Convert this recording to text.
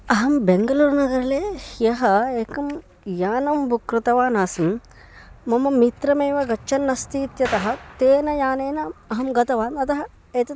अहं बेङ्गलूरु नगर्ले ह्यः एकं यानं बुक् कृतवान् आसम् मम मित्रमेव गच्छन्नस्ति इत्यतः तेन यानेन अहं गतवान् अतः एतद्